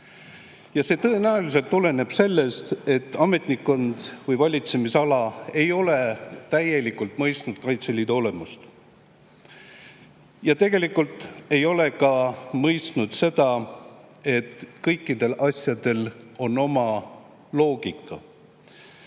See tõenäoliselt tuleneb sellest, et ametnikkond või valitsemisala ei ole täielikult mõistnud Kaitseliidu olemust ja tegelikult ei ole mõistnud ka seda, et kõikidel asjadel on oma loogika.